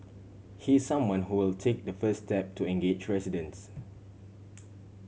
he is someone who will take the first step to engage residents